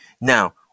now